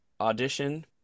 audition